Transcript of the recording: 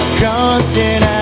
constant